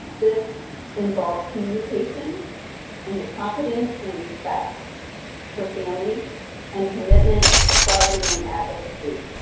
this involves communication and the competence and respect for families and commitment, equality, and advocacy.